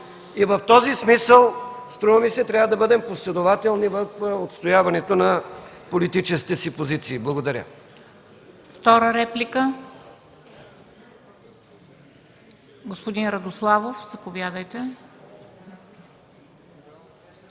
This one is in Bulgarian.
В този смисъл, струва ми се, трябва да бъдем последователни в отстояването на политическите си позиции. Благодаря.